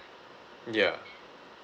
ya